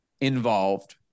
involved